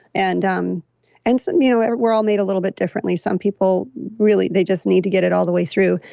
and um and you know and we're all made a little bit differently, some people really, they just need to get it all the way through.